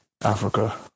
Africa